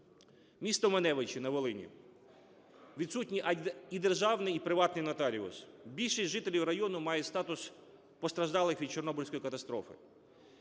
МістоМаневичі на Волині – відсутні і державний і приватний нотаріуси, більшість жителів району має статус постраждалих від Чорнобильської катастрофи